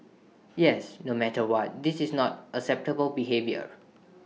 yes no matter what this is not acceptable behaviour